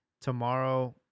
tomorrow